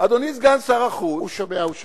אדוני סגן שר החוץ, הוא שומע, הוא שומע.